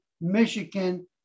Michigan